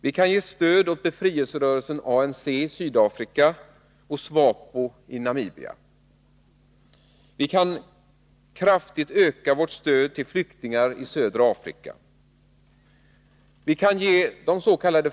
Vi kan ge stöd åt befrielserörelserna ANC i Sydafrika och SWAPO i Namibia. Vi kan kraftigt öka vårt stöd till flyktingar i södra Afrika. Vi kan ge des.k.